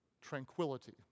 tranquility